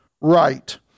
right